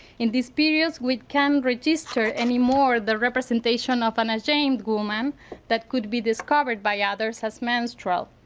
in these periods we can't register anymore the representation of an ashamed woman that could be discovered by others as menstrual.